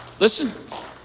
Listen